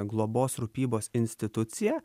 globos rūpybos instituciją